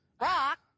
Rock